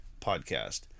podcast